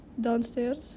downstairs